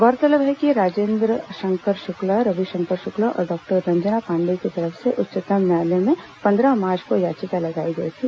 गौरतलब है कि राजेन्द्र शंकर शुक्ला रविशंकर शुक्ला और डॉक्टर रंजना पांडेय की तरफ से उच्चतम न्यायालय में पन्द्रह मार्च को याचिका लगाई गई थी